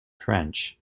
french